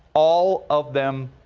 all of them,